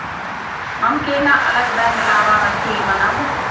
हम केना अलग बैंक लाभार्थी बनब?